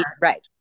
right